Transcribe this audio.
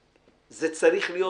זה צריך להיות